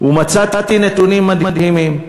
ומצאתי נתונים מדהימים.